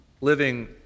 living